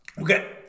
okay